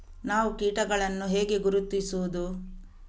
ನಾವು ಕೀಟಗಳನ್ನು ಹೇಗೆ ಗುರುತಿಸುವುದು?